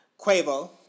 Quavo